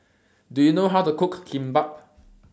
Do YOU know How to Cook Kimbap